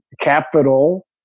Capital